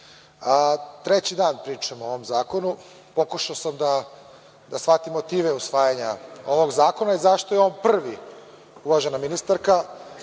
dan pričamo o ovom zakonu. Pokušao sam da shvatim motive usvajanja ovog zakona, zašto je on prvi, uvažena ministarka,